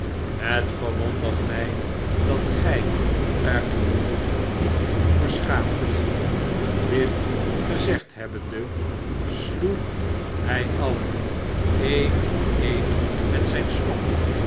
het verwondert mij dat gij er u niet voor schaamt dit gezegd hebbende sloeg hij alien een voor een met zijn stok